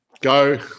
go